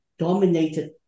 dominated